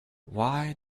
why